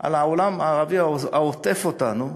על העולם הערבי העוטף אותנו,